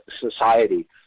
Society